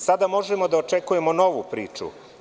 Sada možemo da očekujemo novu priču.